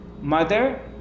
mother